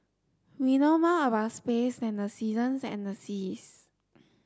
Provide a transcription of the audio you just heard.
we know more about space than the seasons and the seas